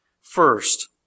first